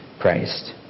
Christ